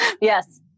Yes